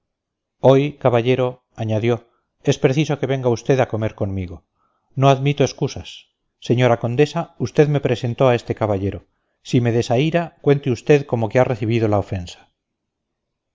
hoy caballero añadió es preciso que venga usted a comer conmigo no admito excusas señora condesa usted me presentó a este caballero si me desaíra cuente usted como que ha recibido la ofensa